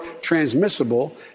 transmissible